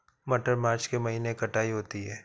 मटर मार्च के महीने कटाई होती है?